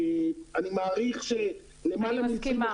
אני מעריך שלמעלה -- אני מסכימה.